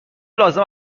لازم